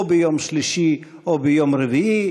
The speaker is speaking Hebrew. או ביום שלישי או ביום רביעי,